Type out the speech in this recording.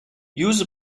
use